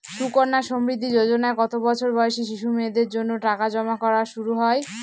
সুকন্যা সমৃদ্ধি যোজনায় কত বছর বয়সী শিশু মেয়েদের জন্য টাকা জমা করা শুরু হয়?